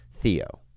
Theo